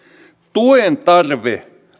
tuen tarve